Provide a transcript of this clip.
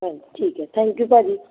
ਹਾਂਜੀ ਠੀਕ ਹੈ ਥੈਂਕ ਯੂ ਭਾਅ ਜੀ